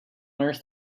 earth